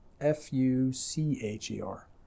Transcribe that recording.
f-u-c-h-e-r